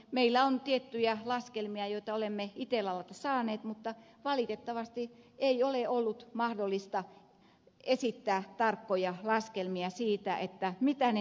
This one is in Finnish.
meillä on tiettyjä laskelmia joita olemme itellalta saaneet mutta valitettavasti ei ole ollut mahdollista esittää tarkkoja laskelmia siitä mitä ne nettokustannukset ovat